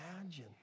imagine